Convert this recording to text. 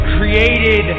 created